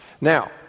Now